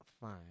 fine